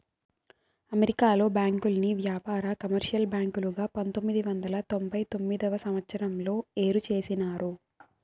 అమెరికాలో బ్యాంకుల్ని వ్యాపార, కమర్షియల్ బ్యాంకులుగా పంతొమ్మిది వందల తొంభై తొమ్మిదవ సంవచ్చరంలో ఏరు చేసినారు